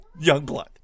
Youngblood